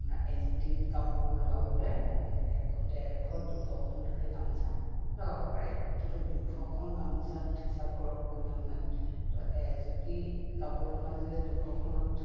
আপোনাৰ এজুঁটীত কাপোৰ লগাবলৈ এশ ডেৰশ দুশখনলৈকে গামোচা লগাব পাৰি টোটেল দুশখন গামোচাত হিচাপ কৰক কিমান হয় তো এজুঁটি কাপোৰ লগাওঁ যদি দুশখনত